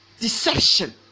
Deception